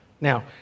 now